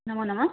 नमो नमः